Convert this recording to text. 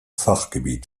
fachgebiet